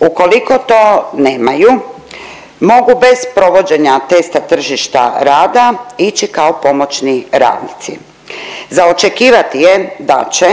ukoliko to nemaju mogu bez provođenja testa tržišta rada ići kao pomoćni radnici. Za očekivati je da će